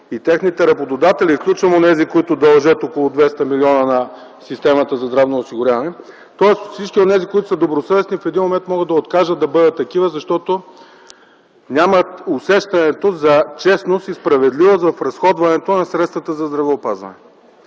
и техните работодатели (изключвам онези, които дължат около 200 милиона на системата за здравно осигуряване), тоест всички онези, които са добросъвестни, в един момент могат да откажат да бъдат такива, защото нямат усещането за честност и справедливост в разходването на средствата за здравеопазване.